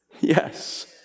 Yes